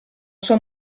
sua